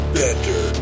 better